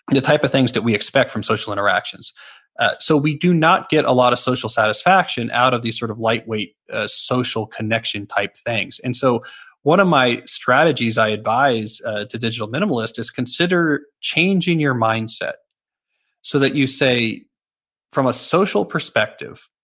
the type of things that we expect from social interactions ah so we do not get a lot of social satisfaction out of these sort of lightweight, ah social connection-type things. and so one of my strategies i advise to digital minimalists is consider changing your mindset so that you say from a social perspective,